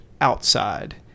outside